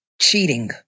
cheating